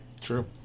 True